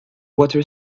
water